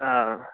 آ